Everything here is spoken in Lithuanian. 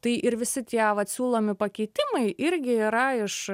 tai ir visi tie vat siūlomi pakeitimai irgi yra iš